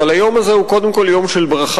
אבל היום הזה הוא קודם כול יום של ברכה.